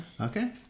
Okay